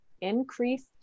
increased